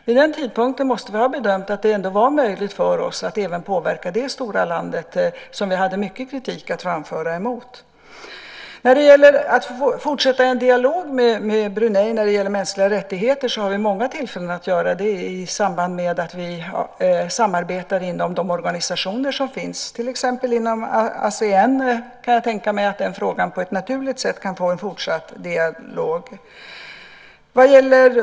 Vid den tidpunkten måste vi ha bedömt att det var möjligt för oss att även påverka det stora landet som vi hade mycket kritik att framföra mot. Vi har många tillfällen att fortsätta en dialog med Brunei om mänskliga rättigheter i samband med att vi samarbetar inom de organisationer som finns. Jag kan till exempel tänka mig att en dialog i den frågan kan få en naturlig fortsättning inom Asean.